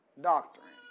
doctrine